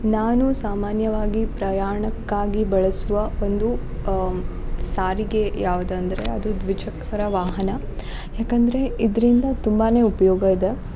ನಾನು ಸಾಮಾನ್ಯವಾಗಿ ಪ್ರಯಾಣಕ್ಕಾಗಿ ಬಳಸುವ ಒಂದು ಸಾರಿಗೆ ಯಾವುದಂದ್ರೆ ಅದು ದ್ವಿಚಕ್ರ ವಾಹನ ಏಕಂದರೆ ಇದರಿಂದ ತುಂಬ ಉಪಯೋಗ ಇದೆ